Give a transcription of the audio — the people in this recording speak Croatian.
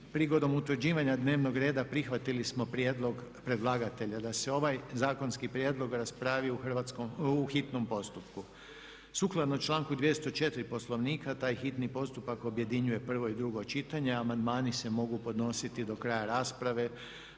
Prigodom utvrđivanja dnevnog reda prihvatili smo prijedlog predlagatelja da se ovaj zakonski prijedlog raspravi u hitnom postupku sukladno članku 206. Poslovnika. Sukladno članku 204. Poslovnika hitni postupak objedinjuje prvo i drugo čitanje a amandmani se mogu podnositi do kraja rasprave